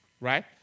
Right